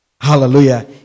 hallelujah